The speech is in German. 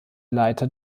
leiter